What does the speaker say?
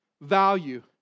value